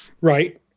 Right